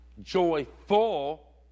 joyful